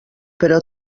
però